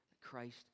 Christ